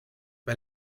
bei